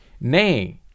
Nay